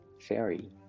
fairy